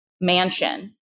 mansion